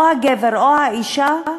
או הגבר או האישה,